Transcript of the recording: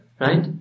Right